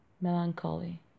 melancholy